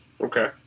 Okay